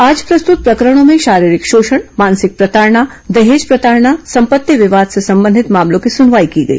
आज प्रस्तुत प्रकरणों में शारीरिक शोषण मानसिक प्रताड़ना दहेज प्रताड़ना संपत्ति विवाद से संबंधित मामलों की सुनवाई की गई